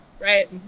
right